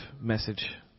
message